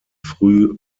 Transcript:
früh